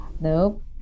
nope